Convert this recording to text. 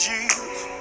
Jesus